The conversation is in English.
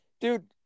dude